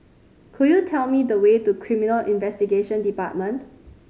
could you tell me the way to Criminal Investigation Department